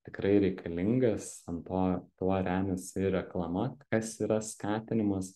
tikrai reikalingas ant to tuo remiasi ir reklama kas yra skatinimas